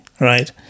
right